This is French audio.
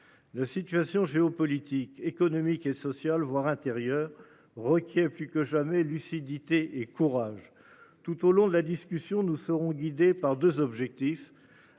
La situation géopolitique, économique et social, voire intérieur requis est plus que jamais lucidité et courage tout au long de la discussion, nous serons guidée par 2 objectifs